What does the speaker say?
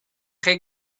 chi